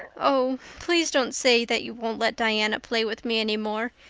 oh, please don't say that you won't let diana play with me any more.